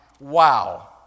wow